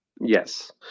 Yes